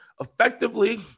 effectively